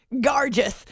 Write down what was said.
Gorgeous